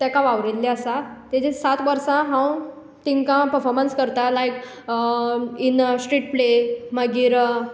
ताका वावुरिल्ले आसा ताजे सात वर्सां हांव तांकां पर्फोमन्स करतां लायक इन अ स्ट्रीट प्ले मागीर